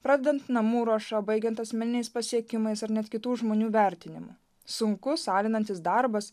pradedant namų ruoša baigiant asmeniniais pasiekimais ar net kitų žmonių vertinimu sunkus alinantis darbas